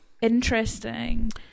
interesting